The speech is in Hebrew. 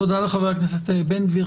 תודה לחבר הכנסת בן גביר.